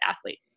athlete